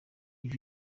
iyo